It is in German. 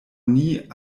nie